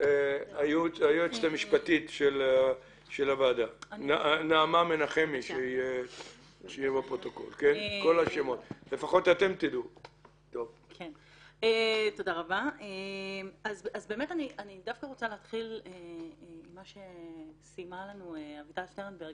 רוצה להתחיל דווקא עם מה שאמרה אביטל.